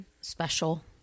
special